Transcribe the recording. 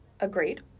Agreed